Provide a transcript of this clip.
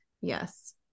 Yes